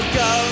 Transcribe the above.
go